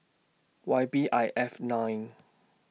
Y B I five nine